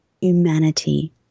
humanity